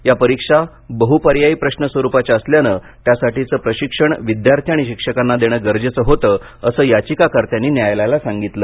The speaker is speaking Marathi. या परीक्षा बहुपर्यायी प्रश्न स्वरूपाच्या असल्यानं त्यासाठीचं प्रशिक्षण विद्यार्थी आणि शिक्षकांना देणं गरजेचं होतं असं याचिकाकर्त्यांनी न्यायालयाला सांगितलं